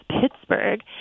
Pittsburgh